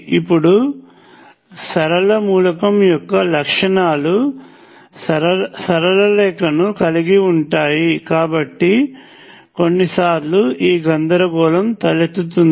ఇప్పుడు సరళ మూలకం యొక్క లక్షణాలు సరళ రేఖను కలిగి ఉంటాయికాబట్టి కొన్నిసార్లు ఈ గందరగోళం తలెత్తుతుంది